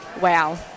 wow